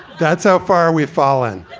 that's how far we've fallen